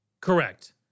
correct